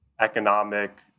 economic